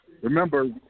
remember